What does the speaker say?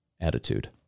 attitude